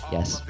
Yes